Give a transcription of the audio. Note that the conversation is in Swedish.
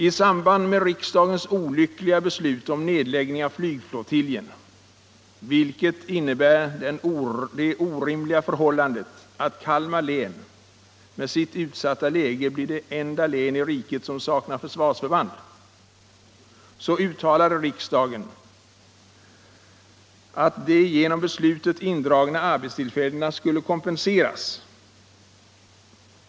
I samband med riksdagens olyckliga beslut om nedläggning av flygflottiljen — vilket innebär det orimliga förhållandet att Kalmar län med sitt utsatta läge blir det enda län i riket som saknar försvarsförband — uttalade riksdagen att de genom beslutet indragna arbetstillfällena skulle kompenseras.